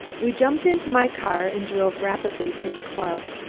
we jumped into my car and drove rapidly to the club.